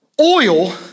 oil